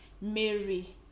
Mary